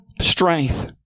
strength